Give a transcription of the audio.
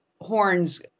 horns